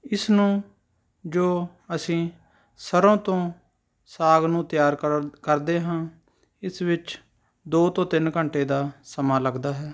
ਇਸ ਨੂੰ ਜੋ ਅਸੀਂ ਸਰੋਂ ਤੋਂ ਸਾਗ ਨੂੰ ਤਿਆਰ ਕਰਦ ਕਰਦੇ ਹਾਂ ਇਸ ਵਿੱਚ ਦੋ ਤੋਂ ਤਿੰਨ ਘੰਟੇ ਦਾ ਸਮਾਂ ਲੱਗਦਾ ਹੈ